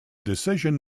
decision